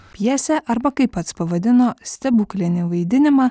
pjesę arba kaip pats pavadino stebuklinį vaidinimą